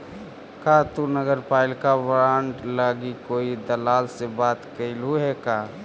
का तु नगरपालिका बॉन्ड लागी कोई दलाल से बात कयलहुं हे का?